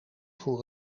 voor